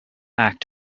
act